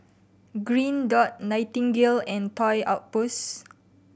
Green Dot Nightingale and Toy Outpost